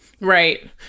Right